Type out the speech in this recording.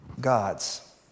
God's